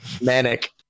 Manic